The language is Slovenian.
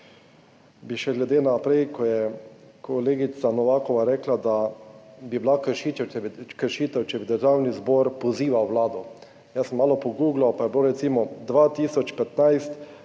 dodal glede na prej, ko je kolegica Novakova rekla, da bi bila kršitev, če bi Državni zbor pozival Vlado. Jaz sem malo poguglal, pa je bilo 2015: